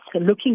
looking